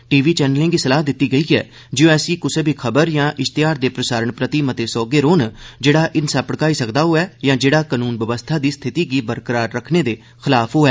TV चैनलें गी सलाह दित्ती गेई ऐ जे ओह ऐसी कुसै बी खबर यां इश्तेहार दे प्रसारण प्रति मते सौह्गे रौह्न जेह्ड़ा हिंसा भड़काई सकदा होऐ यां जेह्ड़ा कानून बवस्था दी स्थिति गी बरकरार रक्खने दे खलाफ होऐ